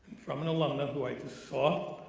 from an alumna who i just saw,